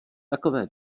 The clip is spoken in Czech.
takové